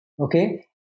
Okay